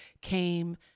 came